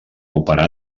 operar